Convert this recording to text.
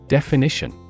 Definition